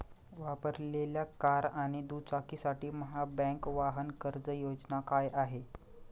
वापरलेल्या कार आणि दुचाकीसाठी महाबँक वाहन कर्ज योजना काय आहे?